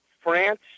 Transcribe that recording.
France